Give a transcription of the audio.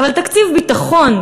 אבל תקציב ביטחון,